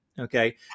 Okay